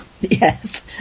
yes